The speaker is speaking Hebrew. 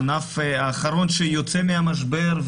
הענף האחרון שיוצא מהמשבר.